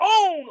own